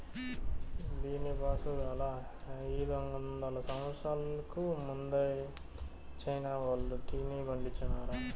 దీనిపాసుగాలా, అయిదొందల సంవత్సరాలకు ముందలే చైనా వోల్లు టీని పండించారా